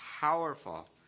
Powerful